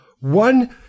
one